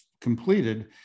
completed